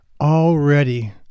Already